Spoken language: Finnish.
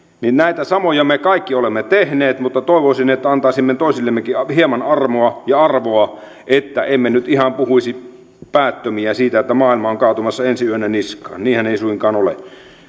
näitä samoja me kaikki olemme tehneet mutta toivoisin että antaisimme toisillemmekin hieman armoa ja arvoa että emme nyt ihan puhuisi päättömiä siitä että maailma on kaatumassa ensi yönä niskaan niinhän ei suinkaan ole